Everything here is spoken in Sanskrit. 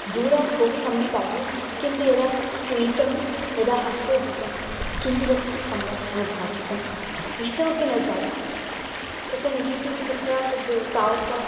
दूरात् बहु सम्यकासीत् किन्तु यदा क्रीतं यदा हस्ते धृतं किञ्चिदपि सम्यक् न भासितम् इष्टमपि न जातं तस्य नेगेटिव् तत्र तद् तावत्